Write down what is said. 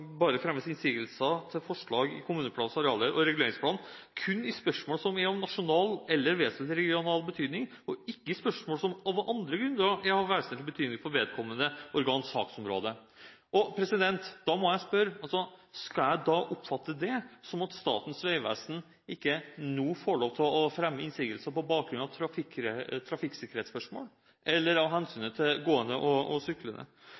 bare skal «fremme innsigelse til forslag til kommuneplanens arealdel og reguleringsplan kun i spørsmål som er av nasjonal eller vesentlig regional betydning, og ikke i spørsmål som av andre grunner er av vesentlig betydning for vedkommende organs saksområde». Da må jeg spørre: Skal jeg oppfatte det slik at Statens vegvesen nå ikke skal få lov til å fremme innsigelser på bakgrunn av trafikksikkerhetsspørsmål eller av hensyn til gående og syklende?